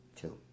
Two